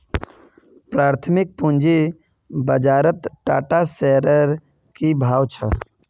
प्राथमिक पूंजी बाजारत टाटा शेयर्सेर की भाव छ